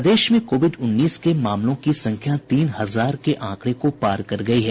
प्रदेश में कोविड उन्नीस के मामलों की संख्या तीन हजार के आंकड़ें को पार कर गयी है